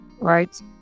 right